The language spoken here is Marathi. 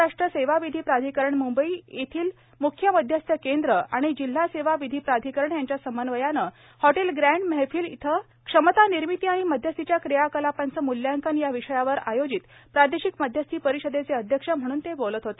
महाराष्ट्र सेवा विधी प्राधिकरण मुंबई येथील मुख्य मध्यस्थ केंद्र आणि जिल्हा सेवा विधी प्राधिकरण यांच्या समन्वयाने हॉटेल ग्रँड महफिल येथे क्षमता निर्मिती आणि मध्यस्थीच्या क्रियाकलांपाचे मूल्यांकन या विषयावर आयोजित प्रादेशिक मध्यस्थी परिषदेचे अध्यक्ष म्हणून ते बोलत होते